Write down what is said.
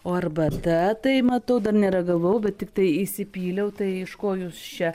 o arbata tai matau dar neragavau bet tiktai įsipyliau tai iš ko jūs čia